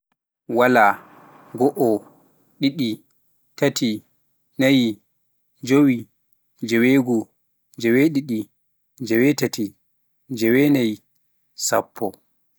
waala, goo, ɗiɗi, taati, naayi, jeewi, jeewegoo, jeeweɗiɗi, jeewetaati, jeewenaayi, sappo